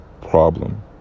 problem